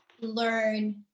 learn